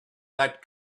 that